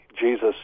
Jesus